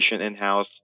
in-house